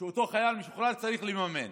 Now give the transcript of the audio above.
שאותו חייל משוחרר צריך לממן.